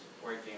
working